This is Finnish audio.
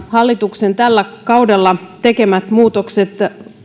hallituksen tällä kaudella tekemä